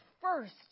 first